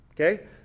Okay